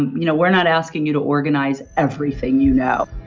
and you know we're not asking you to organize everything. you know